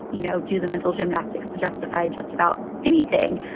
you know, do the mental gymnastics to justify just about anything.